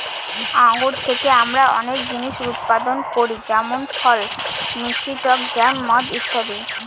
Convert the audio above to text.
আঙ্গুর থেকে আমরা অনেক জিনিস উৎপাদন করি যেমন ফল, মিষ্টি টক জ্যাম, মদ ইত্যাদি